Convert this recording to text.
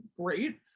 great